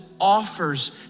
offers